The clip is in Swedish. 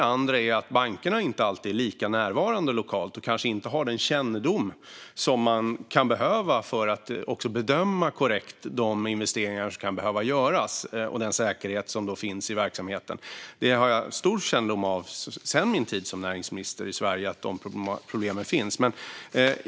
Bankerna är inte heller alltid lika närvarande lokalt och har kanske inte den kännedom som man kan behöva ha för att korrekt bedöma de investeringar som kan behöva göras och den säkerhet som finns i verksamheten. Jag har sedan min tid som näringsminister i Sverige stor kännedom om att de problemen finns.